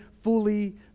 fully